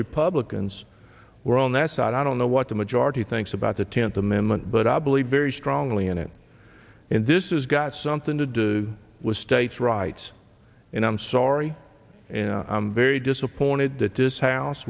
republicans were on that side i don't know what the majority thinks about the tenth amendment but i believe very strongly in it and this is got something to do with states rights and i'm sorry and i'm very disappointed that this house